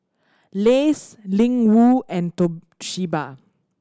Lays Ling Wu and Toshiba